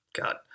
God